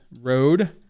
Road